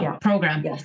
program